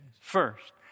First